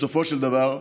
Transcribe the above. בסופו של דבר.